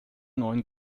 neun